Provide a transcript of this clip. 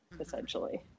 Essentially